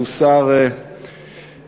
שהוא שר הכלכלה,